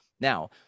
Now